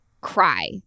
cry